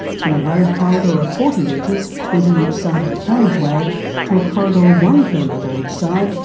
from a road corridor of forty metres twenty each side of the carriageway to a corridor one kilometre each side,